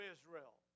Israel